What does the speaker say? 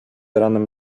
ranem